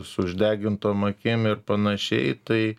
su išdegintom akim ir panašiai tai